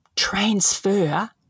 transfer